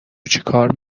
چیکار